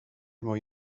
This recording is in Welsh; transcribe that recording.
mwy